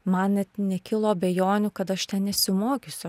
man net nekilo abejonių kad aš ten nesimokysiu